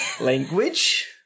Language